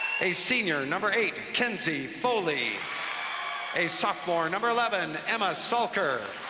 a senior, number eight, kenzie foley a sophomore number eleven, emma salker.